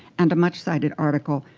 and a much cited article,